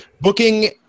booking